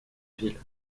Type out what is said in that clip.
ville